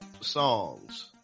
songs